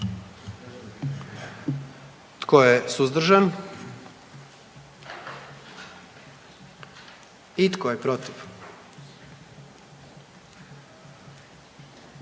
Tko je suzdržan? I tko je protiv?